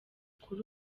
kuri